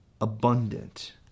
abundant